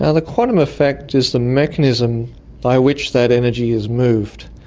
ah the quantum effect is the mechanism by which that energy is moved.